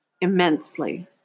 immensely